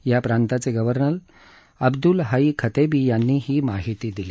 या प्रांताचे गव्हर्नर अब्दुल हई खतेबी यांनी ही माहिती दिली